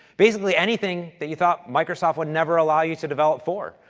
basically, anything that you thought microsoft would never allow you to develop for,